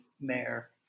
mayor